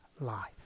life